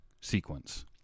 sequence